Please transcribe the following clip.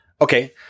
Okay